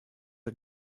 are